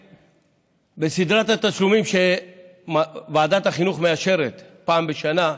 סדרת התשלומים שוועדת החינוך מאשרת פעם בשנה,